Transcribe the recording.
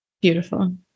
Beautiful